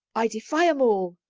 i defy em all.